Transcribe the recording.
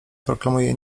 proklamuje